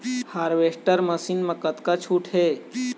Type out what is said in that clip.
Harvester machine मा कतका छूट हे?